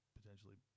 potentially